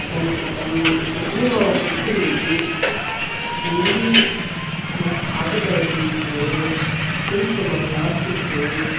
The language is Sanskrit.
अनन्तरं यदि मम पुत्री बिन्दि न स्थापितवती चेत् कुङ्कुमं नास्ति चेत्